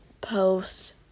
post